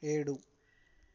ఏడు